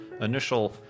initial